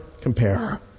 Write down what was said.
compare